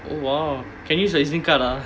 !wow! can use the E_Z link card ah